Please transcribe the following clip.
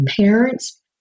parents